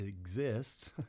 exists